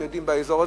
הם יודעים על אזור,